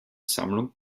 sammlung